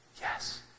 yes